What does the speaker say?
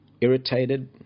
irritated